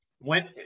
went